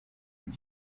elle